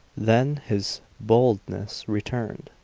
then his boldness returned.